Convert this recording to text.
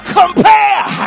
compare